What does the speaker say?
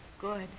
Good